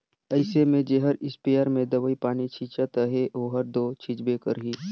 अइसे में जेहर इस्पेयर में दवई पानी छींचत अहे ओहर दो छींचबे करही